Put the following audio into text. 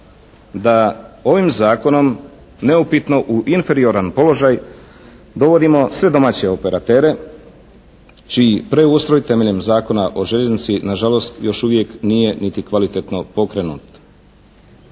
da ovim zakonom neupitno u inferioran položaj dovodimo sve domaće operatere čiji preustroj temeljem Zakona o željeznici nažalost, još uvijek nije niti kvalitetno pokrenut.